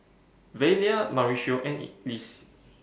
Velia Mauricio and Lise